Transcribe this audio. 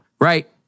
Right